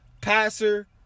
passer